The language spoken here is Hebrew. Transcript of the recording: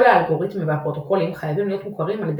כל האלגוריתמים והפרוטוקולים חייבים להיות מוכרים על ידי